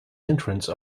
entrance